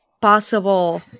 possible